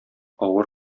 авыр